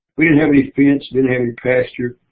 we didn't have any fence, didn't have any pasture.